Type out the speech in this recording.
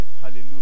Hallelujah